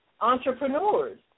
entrepreneurs